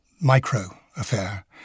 micro-affair